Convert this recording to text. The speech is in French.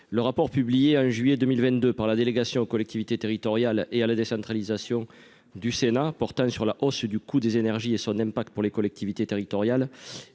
le rapport publié en juillet 2022 par la délégation aux collectivités territoriales et à la décentralisation du Sénat portant sur la hausse du coût des énergies et son impact pour les collectivités territoriales